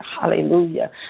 hallelujah